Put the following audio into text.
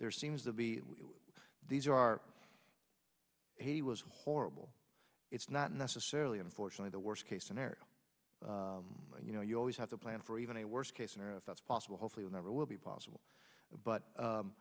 there seems to be these are he was horrible it's not necessarily unfortunately the worst case scenario you know you always have to plan for even a worst case scenario that's possible hopefully never will be possible but